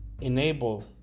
enable